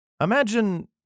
Imagine